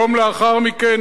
יום לאחר מכן,